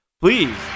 please